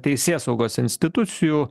teisėsaugos institucijų